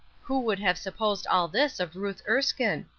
who would have supposed all this of ruth erskine!